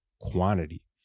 quantity